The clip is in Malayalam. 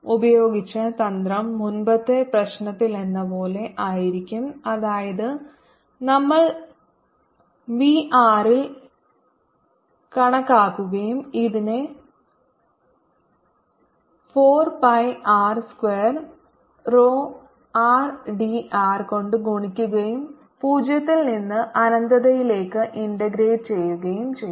ഉപയോഗിച്ച തന്ത്രം മുമ്പത്തെ പ്രശ്നത്തിലെന്നപോലെ ആയിരിക്കും അതായത് നമ്മൾ v r ൽ കണക്കാക്കുകയും ഇതിനെ 4 pi r square rho r d r കൊണ്ട് ഗുണിക്കുകയും പൂജ്യത്തിൽ നിന്ന് അനന്തതയിലേക്ക് ഇന്റഗ്രേറ്റ് ചെയ്യുകയും ചെയ്യും